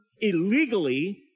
illegally